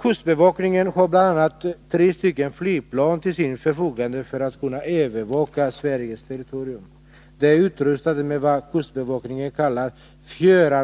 Kustbevakningen har bl.a. tre flygplan till sitt förfogande för att kunna övervaka Sveriges territorium. De är utrustade med vad kustbevakningen kallar